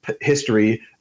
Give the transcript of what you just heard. History